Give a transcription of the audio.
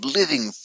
living